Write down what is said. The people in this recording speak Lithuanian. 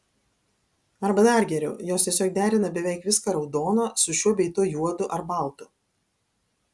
arba dar geriau jos tiesiog derina beveik viską raudoną su šiuo bei tuo juodu ar baltu